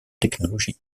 technologies